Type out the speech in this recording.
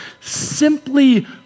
simply